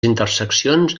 interseccions